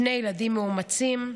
שני ילדים מאומצים,